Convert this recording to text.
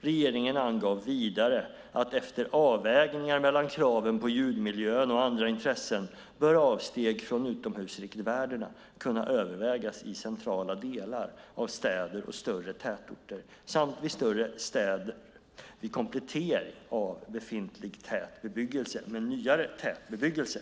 Regeringen angav vidare att man efter avvägningar mellan kraven på ljudmiljön och andra intressen bör kunna överväga avsteg från utomhusriktvärdena i centrala delar av städer och större tätorter samt i större städer vid komplettering av befintlig tät bebyggelse med ny, tätare bebyggelse.